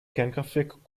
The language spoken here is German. kernkraftwerk